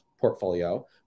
portfolio